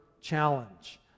challenge